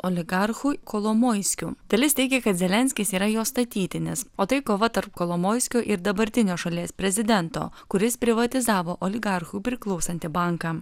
oligarchu kolomoiskiu dalis teigia kad zelenskis yra jo statytinis o tai kova tarp kolomoiskio ir dabartinio šalies prezidento kuris privatizavo oligarchui priklausantį banką